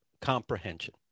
comprehension